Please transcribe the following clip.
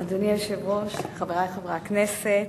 אדוני היושב-ראש, חברי חברי הכנסת,